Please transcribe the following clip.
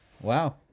Wow